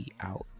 out